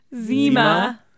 Zima